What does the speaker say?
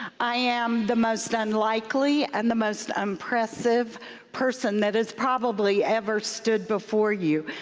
i am the most unlikely, and the most unimpressive person that has probably ever stood before you,